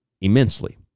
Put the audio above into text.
immensely